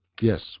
yes